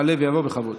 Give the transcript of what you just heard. יעלה ויבוא בכבוד.